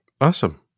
Awesome